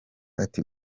ati